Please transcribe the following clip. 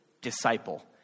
disciple